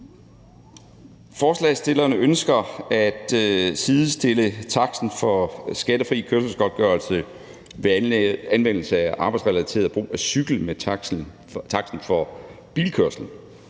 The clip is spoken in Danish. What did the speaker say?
Forslagsstillerne ønsker at sidestille taksten for skattefri kørselsgodtgørelse ved anvendelse af arbejdsrelateret brug af cykel med taksten for bilkørsel.